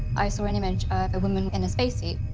i saw an image of a woman in a spacesuit,